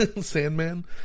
Sandman